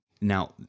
now